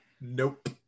nope